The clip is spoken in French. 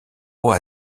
haut